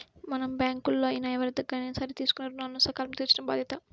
మనం బ్యేంకుల్లో అయినా ఎవరిదగ్గరైనా సరే తీసుకున్న రుణాలను సకాలంలో తీర్చటం బాధ్యత